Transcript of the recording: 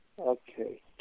Okay